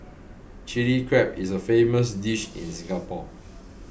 Chilli Crab is a famous dish in Singapore